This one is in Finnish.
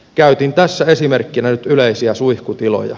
käytin tässä esimerkkinä nyt yleisiä suihkutiloja